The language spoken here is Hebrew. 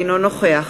אינו נוכח